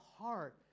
heart